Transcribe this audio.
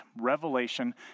Revelation